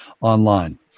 online